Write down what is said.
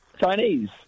Chinese